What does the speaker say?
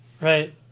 Right